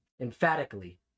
emphatically